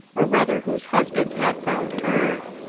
or rather whose husband had found her.